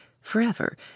forever